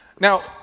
Now